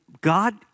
God